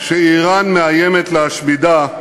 שאיראן מאיימת להשמידה,